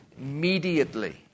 immediately